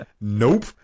Nope